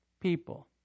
people